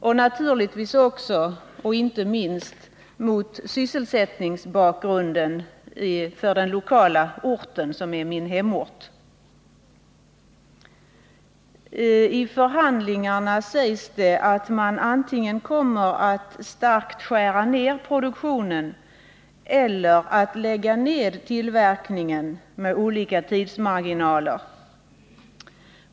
Inte minst viktig som bakgrund för min fråga är naturligtvis också sysselsättningen på den aktuella orten, som är min hemort. Vid förhandlingarna har det sagts att man antingen kommer att starkt skära ned produktionen eller att lägga ned den, och man har därvid angivit olika tidsmarginaler.